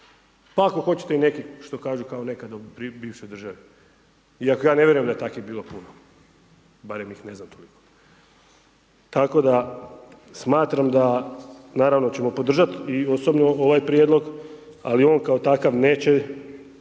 Pa ako hoćete i neki što kažu kao nekada u bivšoj državi. Iako ja ne vjerujem da je takvih bilo puno. Barem ih ne znam toliko. Tako da smatram da naravno ćemo podržati i osobno ovaj prijedlog. Ali on kao takav neće